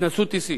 התנסות אישית.